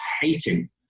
hating